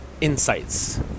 insights